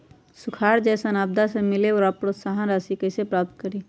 सुखार जैसन आपदा से मिले वाला प्रोत्साहन राशि कईसे प्राप्त करी?